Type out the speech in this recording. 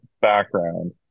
background